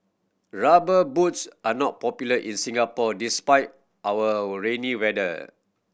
Rubber Boots are not popular in Singapore despite our all rainy weather